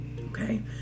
Okay